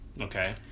Okay